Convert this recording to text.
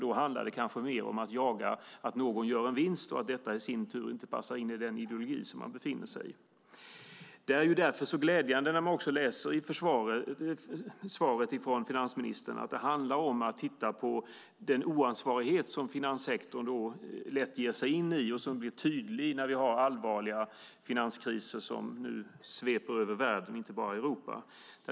Det handlar kanske mer om att jaga att någon gör en vinst och att det inte passar in i den ideologi man har. Det är därför glädjande att läsa i finansministerns svar att det handlar om att titta på den oansvarighet som finanssektorn lätt ger sig in i och som blir tydlig i sådana allvarliga finanskriser som nu sveper över världen - inte bara över Europa.